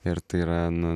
ir tai yra nu